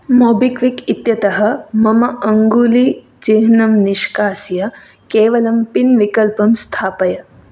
MobiKwik इत्यतः मम अङ्गुलिचिन्हं निष्कास्य केवलं पिन् विकल्पं स्थापय